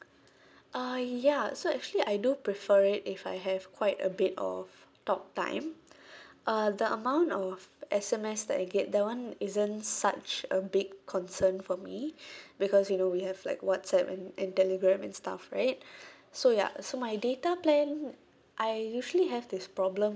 uh ya so actually I do prefer it if I have quite a bit of talk time uh the amount of S_M_S that I get that one isn't such a big concern for me because you know we have like whatsapp and and telegram and stuff right so ya so my data plan I usually have this problem